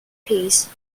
peace